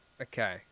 Okay